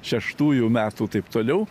šeštųjų metų taip toliau